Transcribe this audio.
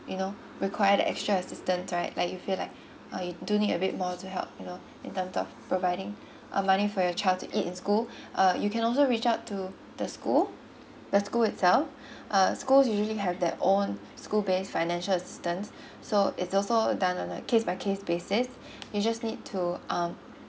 you know require an extra assistance right like you feel like uh you do need a bit more to help you know in terms of providing uh money for your child to eat in school uh you can also reach out to the school the school itself uh schools usually have their own school base financial assistance so it's also done on a case by case basis you just need to um